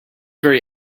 very